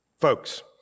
Folks